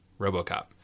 Robocop